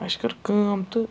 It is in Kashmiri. اَسہِ کٔر کٲم تہٕ